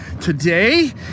today